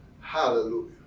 hallelujah